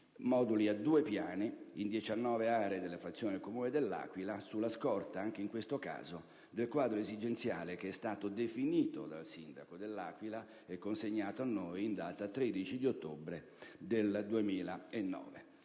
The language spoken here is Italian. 1.113 a due piani, in 19 aree delle frazioni del comune dell'Aquila, sulla scorta, anche in questo caso, del quadro esigenziale definito dal sindaco dell'Aquila, e consegnatoci in data 13 ottobre 2009.